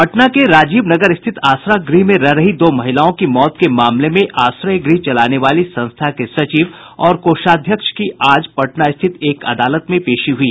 पटना के राजीव नगर स्थित आसरा गृह में रह रही दो महिलाओं की मौत के मामले में आश्रय गृह चलाने वाली संस्था के सचिव और कोषाध्यक्ष की आज पटना स्थित एक अदालत मे पेशी हुई